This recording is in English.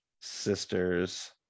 sisters